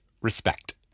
Respect